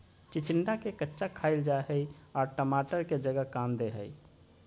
चिचिंडा के कच्चा खाईल जा हई आर टमाटर के जगह काम दे हइ